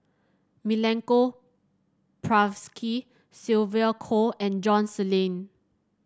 Milenko Prvacki Sylvia Kho and John's Lain